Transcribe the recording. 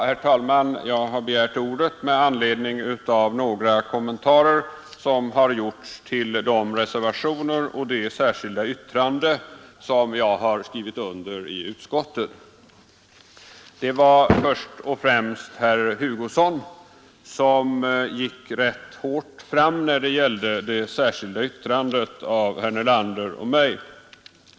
Herr talman! Jag har begärt ordet med anledning av några kommentarer som har gjorts till de reservationer och det särskilda yttrande som jag har skrivit på i utskottet. Det var först och främst herr Hugosson som gick rätt hårt fram när det gällde det särskilda yttrandet av herr Nelander och mig.